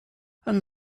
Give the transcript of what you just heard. and